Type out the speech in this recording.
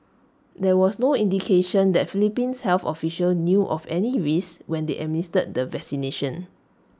there was no indication that Philippines health official knew of any risk when they administered the vaccination